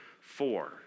four